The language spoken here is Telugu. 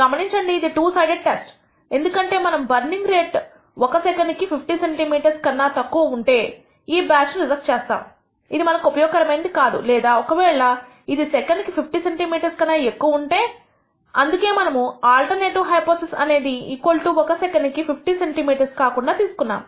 గమనించండి ఇది టూ సైడెడ్ టెస్ట్ ఎందుకంటే మనము బర్నింగ్ రేట్ ఒక సెకండ్ కి 50 సెంటీ మీటర్స్ కన్నాతక్కువ ఉంటే ఈ బ్యాచ్ ను రిజెక్ట్ చేస్తాము ఇది మనకు ఉపయోగకరమైనది కాదు లేదా ఒక వేళ ఇది ఒక సెకండ్ కి 50 సెంటీ మీటర్స్ కన్నాఎక్కువ ఉంటే అందుకే మనము ఆల్టర్నేటివ్ అనేది ఒక సెకండ్ కి 50 సెంటీ మీటర్స్ కాకుండా తీసుకున్నాము